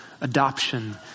adoption